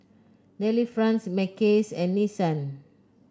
Delifrance Mackays and Nissan